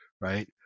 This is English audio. right